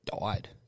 died